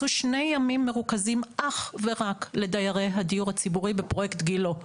הם עשו שני ימים מרוכזים אך ורק לדיירי הדיור הציבורי בפרויקט גילה,